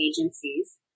agencies